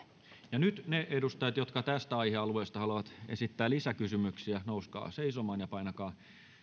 ja nyt ne edustajat jotka haluavat tästä aihealueesta haluavat esittää lisäkysymyksiä nouskaa seisomaan ja painakaa